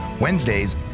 Wednesdays